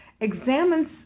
examines